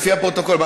לפי הפרוטוקול.